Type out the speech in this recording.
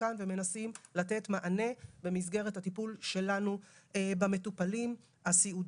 כאן ומנסים לתת מענה במסגרת הטיפול שלנו במטופלים הסיעודיים.